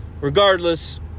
Regardless